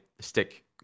stick